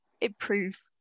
improve